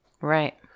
Right